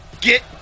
Get